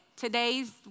Today's